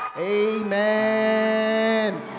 amen